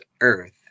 earth